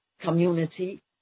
community